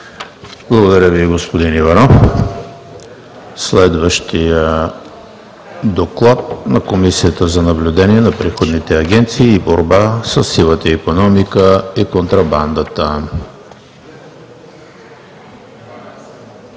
Благодаря Ви, господин Иванов. Следващият доклад е на Комисията за приходните агенции и борба със сивата икономика и контрабандата.